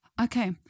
Okay